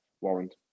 warrant